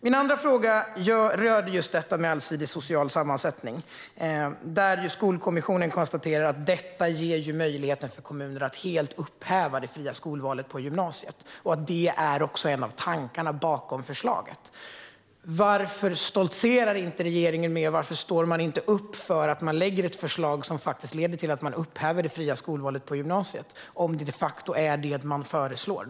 Min andra fråga rörde just detta med en allsidig social sammansättning. Skolkommissionen konstaterar att detta ger möjligheten för kommuner att helt upphäva det fria skolvalet på gymnasiet och att detta också är en av tankarna bakom förslaget. Varför stoltserar inte regeringen med och står upp för att man lägger fram ett förslag som leder till att man upphäver det fria skolvalet på gymnasiet om det de facto är detta man föreslår?